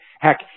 heck